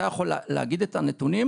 אתה יכול להגיד את הנתונים,